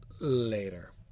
later